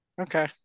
Okay